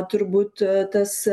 turbūt tas